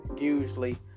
usually